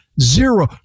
zero